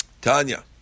Tanya